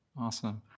Awesome